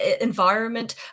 environment